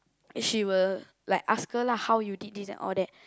she will like ask her lah how you did this and all that